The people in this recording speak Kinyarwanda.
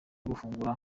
gufungura